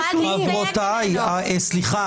חברותיי, סליחה.